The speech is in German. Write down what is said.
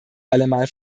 allemal